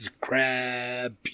Crab